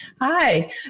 Hi